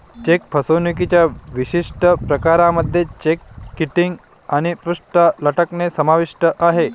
check फसवणुकीच्या विशिष्ट प्रकारांमध्ये चेक किटिंग आणि पृष्ठ लटकणे समाविष्ट आहे